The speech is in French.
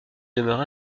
demeure